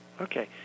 Okay